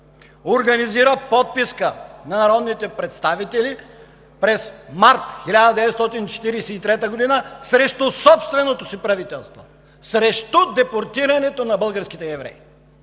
организира подписка на народните представители през март 1943 г. срещу собственото си правителство, срещу депортирането на българските евреи!